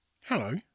Hello